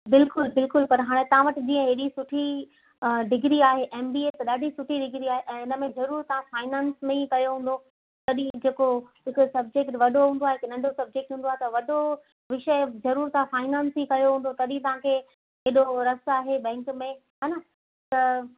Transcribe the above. बिल्कुलु बिल्कुलु पर हाणे तव्हां वटि जीअं एॾी सुठी डिगिरी आहे एम बी ए त ॾाढी सुठी डिगिरी आहे ऐं इन में ज़रूरु तव्हां फ़ाईनान्स में ई कयो हूंदो तॾहिं जेको हिकु सबजेक्ट वॾो हूंदो आहे हिकु नंढो सबजेक्ट हूंदो आहे त वॾो विषय ज़रूरु तव्हां फ़ाईनान्स ई कयो हूंदो तॾहिं तव्हांखे एॾो रसु आहे बैंक में हा न त